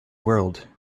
world